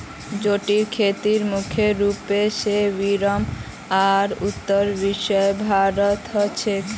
जूटेर खेती मुख्य रूप स पूर्वी आर उत्तर पूर्वी भारतत ह छेक